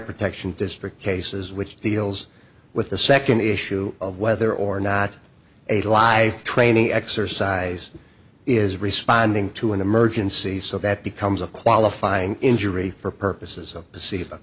protection district cases which deals with the second issue of whether or not a life training exercise is responding to an emergency so that becomes a qualifying injury for purposes